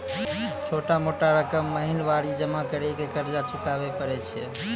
छोटा छोटा रकम महीनवारी जमा करि के कर्जा चुकाबै परए छियै?